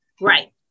right